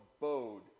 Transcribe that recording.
abode